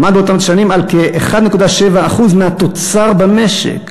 עמד באותן שנים על כ-1.7% מהתוצר במשק.